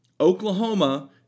Oklahoma